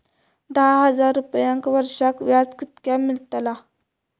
दहा हजार रुपयांक वर्षाक व्याज कितक्या मेलताला?